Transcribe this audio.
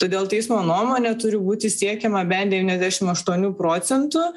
todėl teismo nuomone turi būti siekiama bent devyniasdešim aštuonių procentų